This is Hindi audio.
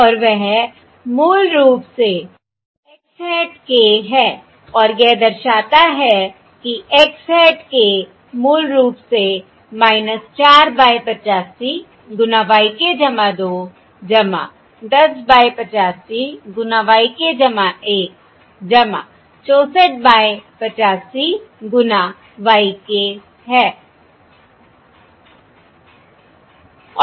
और वह मूल रूप से x hat k है और यह दर्शाता है कि x hat k मूल रूप से 4 बाय 85 गुना y k 2 10 बाय 85 गुना y k 1 64 बाय 85 गुना y k है